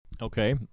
Okay